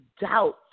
doubt